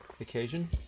occasion